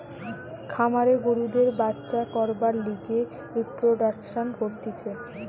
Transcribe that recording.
খামারে গরুদের বাচ্চা করবার লিগে রিপ্রোডাক্সন করতিছে